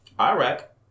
Iraq